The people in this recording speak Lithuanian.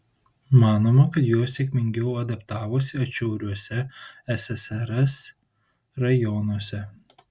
manoma kad jos sėkmingiau adaptavosi atšiauriuose ssrs rajonuose